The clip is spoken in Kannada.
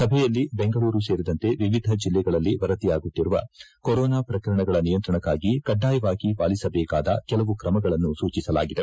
ಸಭೆಯಲ್ಲಿ ಬೆಂಗಳೂರು ಸೇರಿದಂತೆ ವಿವಿಧ ಜಿಲ್ಲೆಗಳಲ್ಲಿ ವರದಿಯಾಗುತ್ತಿರುವ ಕೋರೋನಾ ಪ್ರಕರಣಗಳ ನಿಯಂತ್ರಣಕ್ಕಾಗಿ ಕಡ್ಡಾಯವಾಗಿ ಪಾಲಿಸಬೇಕಾದ ಕೆಲವು ಕ್ರಮಗಳನ್ನು ಸೂಚಿಸಲಾಗಿದೆ